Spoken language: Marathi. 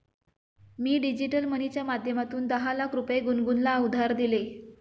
मी डिजिटल मनीच्या माध्यमातून दहा लाख रुपये गुनगुनला उधार दिले